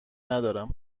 ندارم